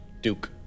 Duke